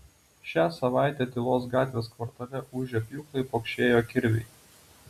šią savaitę tylos gatvės kvartale ūžė pjūklai pokšėjo kirviai